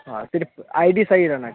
हाँ सिर्फ I D सही रहना चाहिए